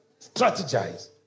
strategize